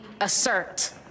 assert